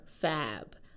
Fab